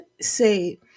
say